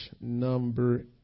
number